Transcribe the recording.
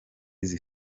izi